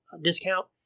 discount